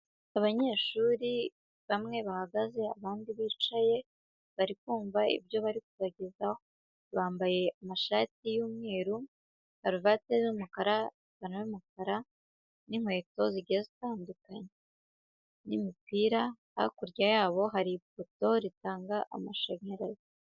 Abanyeshuri bamwe bahagaze abandi bicaye bari kumva ibyo bari kubagezaho, bambaye amashati y'umweru, karuvati z'umukara, amapantaro y'umukara n'inkweto zigiye zitandukanye n'imipira, hakurya yabo hari ipoto ritanga amashanyarazi.